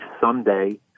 someday